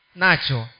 nacho